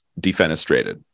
defenestrated